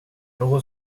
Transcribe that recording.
någon